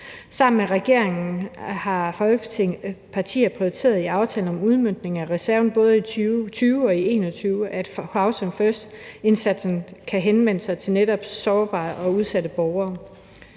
Sammen med regeringen har Folketingets partier i aftalen om udmøntning af reserven i både 2020 og i 2021 prioriteret, at housing first-indsatsen kan henvende sig til netop sårbare og udsatte borgere.